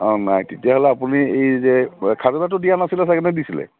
অঁ নাই তেতিয়াহ'লে আপুনি এই যে খাজানাটো দিয়া নাছিলে চাগে নে দিছিলে